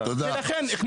ולכן,